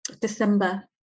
December